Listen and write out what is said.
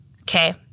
Okay